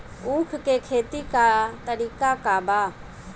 उख के खेती का तरीका का बा?